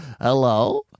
Hello